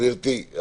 גברתי,